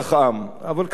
אבל כנראה שלא,